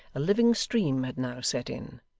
a living stream had now set in,